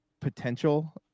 potential